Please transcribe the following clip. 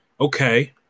okay